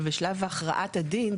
בשלב הכרעת הדין,